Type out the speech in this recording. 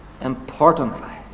importantly